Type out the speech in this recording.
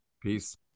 peace